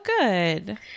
good